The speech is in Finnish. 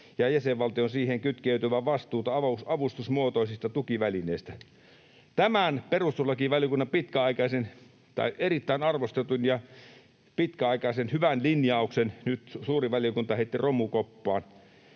ja jäsenvaltion siihen kytkeytyvää vastuuta avustusmuotoisista tukivälineistä”. Tämän perustuslakivaliokunnan erittäin arvostetun ja pitkäaikaisen hyvän linjauksen nyt suuri valiokunta heitti romukoppaan.